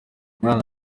umwana